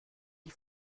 die